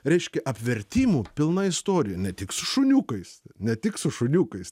reiškia apvertimų pilna istorija ne tik su šuniukais ne tik su šuniukais